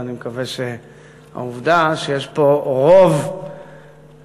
ואני מקווה שהעובדה שיש פה רוב לאזרחי